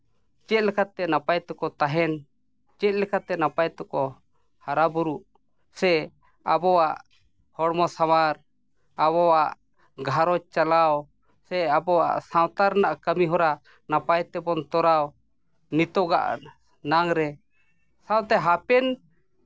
ᱪᱮᱫ ᱞᱮᱠᱟᱛᱮ ᱱᱟᱯᱟᱭ ᱛᱮᱠᱚ ᱛᱟᱦᱮᱱ ᱪᱮᱫ ᱞᱮᱠᱟᱛᱮ ᱦᱟᱨᱟᱼᱵᱩᱨᱩᱜ ᱥᱮ ᱟᱵᱚᱣᱟᱜ ᱦᱚᱲᱢᱚ ᱥᱟᱶᱟᱨ ᱟᱵᱚᱣᱟᱜ ᱜᱷᱟᱨᱚᱸᱡᱽ ᱪᱟᱞᱟᱣ ᱥᱮ ᱟᱵᱚᱣᱟᱜ ᱥᱟᱶᱛᱟ ᱨᱮᱭᱟᱜ ᱠᱟᱹᱢᱤᱦᱚᱨᱟ ᱱᱟᱯᱟᱭ ᱛᱮᱵᱚᱱ ᱛᱚᱨᱟᱣ ᱱᱤᱛᱚᱜᱟᱜ ᱱᱟᱝ ᱨᱮ ᱥᱟᱶᱛᱮ ᱦᱟᱯᱮᱱ